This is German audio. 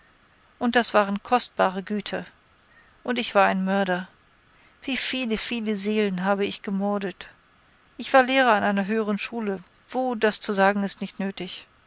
und das waren kostbare güter und ich war ein mörder wie viele viele seelen habe ich gemordet ich war lehrer an einer höheren schule wo das zu sagen ist nicht nötig